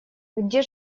где